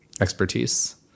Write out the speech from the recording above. expertise